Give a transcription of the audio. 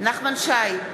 נחמן שי,